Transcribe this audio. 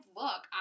look